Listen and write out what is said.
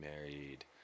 married